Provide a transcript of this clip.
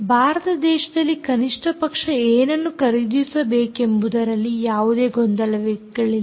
ಭಾರತ ದೇಶದಲ್ಲಿ ಕನಿಷ್ಠ ಪಕ್ಷ ಏನನ್ನು ಖರೀದಿಸಬೇಕೆಂಬುದರಲ್ಲಿ ಯಾವುದೇ ಗೊಂದಲಗಳಿಲ್ಲ